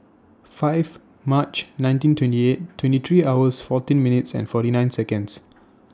five March nineteen twenty eight twenty three hours fourteen minutes and forty nine Seconds